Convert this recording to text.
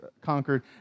conquered